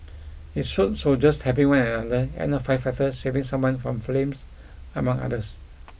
it showed soldiers helping one another and a firefighter saving someone from flames among others